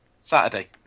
Saturday